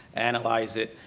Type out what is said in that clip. analyze it,